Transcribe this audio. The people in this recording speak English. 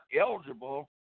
eligible